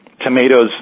Tomatoes